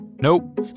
Nope